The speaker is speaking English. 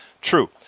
True